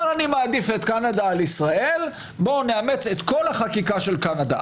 אבל אני מעדיף את קנדה על ישראל - בוא נאמץ את כל החקיקה של קנדה.